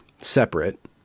separate